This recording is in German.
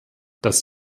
das